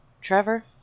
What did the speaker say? Trevor